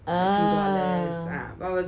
ah